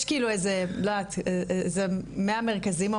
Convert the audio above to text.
זה מאה מרכזים,